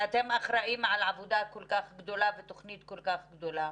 אתם אחראים על עבודה כל כך גדולה ותוכנית כל כך גדולה.